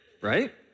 right